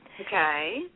Okay